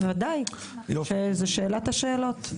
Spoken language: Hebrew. ודאי, זאת שאלת השאלות.